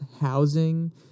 housing